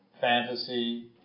fantasy